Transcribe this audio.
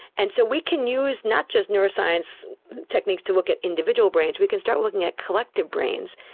and so we can use not just neuroscience techniques to look at individual brains, we can start looking at collective brains.